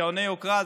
שעוני יוקרה.